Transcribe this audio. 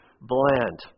bland